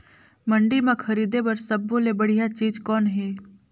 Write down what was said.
मंडी म खरीदे बर सब्बो ले बढ़िया चीज़ कौन हे?